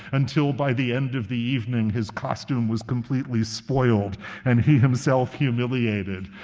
until, by the end of the evening, his costume was completely spoiled and he himself humiliated.